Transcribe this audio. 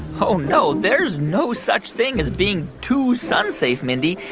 ah no. there's no such thing as being too sun-safe, mindy.